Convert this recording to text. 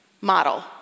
model